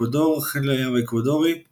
אקוודור אקוודור – חיל הים האקוודורי –